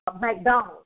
McDonald's